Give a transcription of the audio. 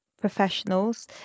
professionals